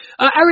Eric